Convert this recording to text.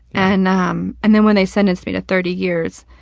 and um, and then when they sentenced me to thirty years,